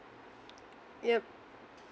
yup